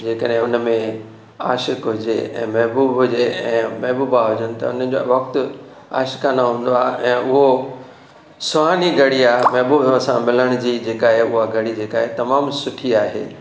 जेकॾहिं हुन में आशिक़ु हुजे ऐं महबूबु हुजे ऐं महबूबा हुजनि त उन्हनि जो वक़्तु आशिक़ाना हूंदो आहे ऐं उहो सुहानी घड़ी आहे महबूब सां मिलण जी जेका ऐ उहा घड़ी जेका आहे तमामु सुठी आहे